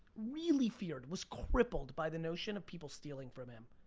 really feared, was crippled by the notion of people stealing from him,